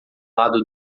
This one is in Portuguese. lado